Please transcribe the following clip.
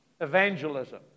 evangelism